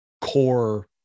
core